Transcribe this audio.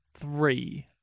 three